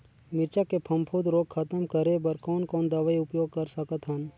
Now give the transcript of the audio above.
मिरचा के फफूंद रोग खतम करे बर कौन कौन दवई उपयोग कर सकत हन?